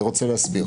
אני רוצה להסביר.